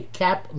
cap